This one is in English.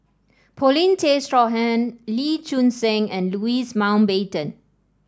Paulin Tay Straughan Lee Choon Seng and Louis Mountbatten